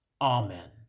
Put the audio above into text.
Amen